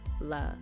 love